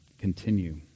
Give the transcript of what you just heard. continue